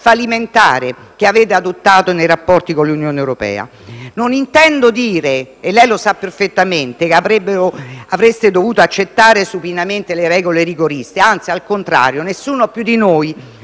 fallimentare che avete adottato nei rapporti con l'Unione europea. Non intendo dire - e lei lo sa perfettamente - che avreste dovuto accettare supinamente le regole rigoriste; anzi, al contrario, nessuno più di noi